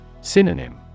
Synonym